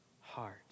heart